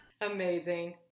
amazing